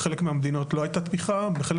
בחלק מהמדינות לא הייתה תמיכה ובחלק